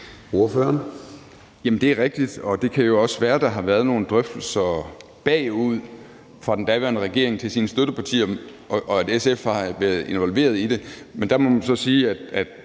det er rigtigt, og det kan jo også være, at der har været nogle drøftelser bagud for den daværende regering med dens støttepartier, og at SF har været involveret i det, men der må man så sige, at